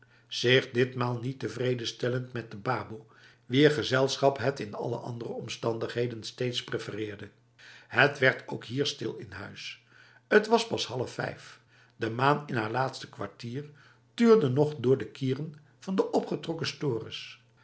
zich ditmaal niet tevreden stellend met de baboe wier gezelschap het in alle andere omstandigheden steeds prefereerde het werd ook hier stil in huis t was pas half vijf de maan in haar laatste kwartier tuurde nog door de kieren van de opengetrokken stores